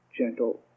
gentle